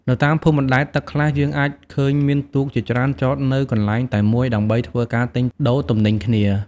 នៅតាមភូមិបណ្ដែតទឹកខ្លះ យើងអាចឃើញមានទូកជាច្រើនចតនៅកន្លែងតែមួយដើម្បីធ្វើការទិញដូរទំនិញគ្នា។